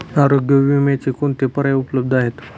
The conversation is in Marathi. आरोग्य विम्याचे कोणते पर्याय उपलब्ध आहेत?